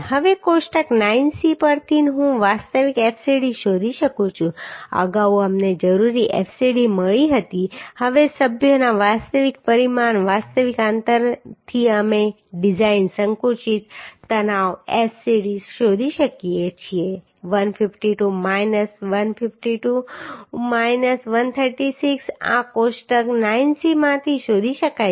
હવે કોષ્ટક 9c પરથી હું વાસ્તવિક fcd શોધી શકું છું અગાઉ અમને જરૂરી fcd મળી હતી હવે સભ્યોના વાસ્તવિક પરિમાણ વાસ્તવિક અંતરથી અમે ડિઝાઇન સંકુચિત તણાવ fcd શોધી શકીએ છીએ 152 માઇનસ 136 આ કોષ્ટક 9c માંથી શોધી શકાય છે